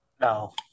No